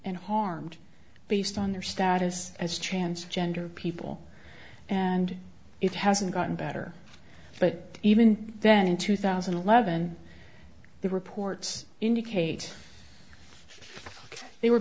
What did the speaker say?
and harmed based on their status as chance gender people and it hasn't gotten better but even then in two thousand and eleven the reports indicate they were